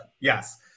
Yes